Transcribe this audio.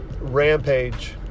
rampage